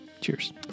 Cheers